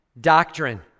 Doctrine